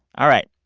all right.